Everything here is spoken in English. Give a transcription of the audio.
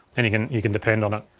and you can you can depend on it.